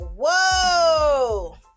Whoa